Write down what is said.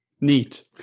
Neat